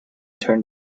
turn